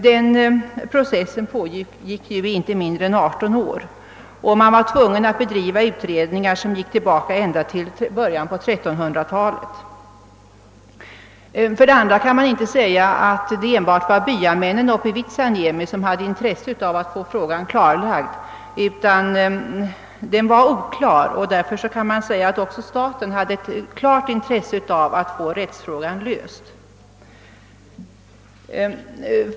För det första pågick den aktuella processen inte mindre än 18 år, och man var tvungen att genomföra utredningar som gick ända tillbaka till början av 1300-talet. För det andra kan det inte sägas att det bara var byamännen i Vitsaniemi som hade intresse av att få frågan klarlagd, utan med hänsyn till att den var tvistig hade även staten ett avgjort intresse av att få rättsfrågan löst.